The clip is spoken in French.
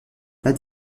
pas